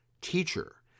teacher